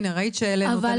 ראית שהעלינו את הנקודה הזאת.